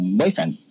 boyfriend